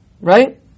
right